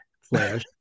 flash